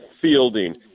fielding